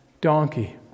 donkey